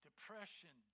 depression